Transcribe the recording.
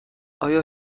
آیا